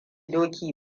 doki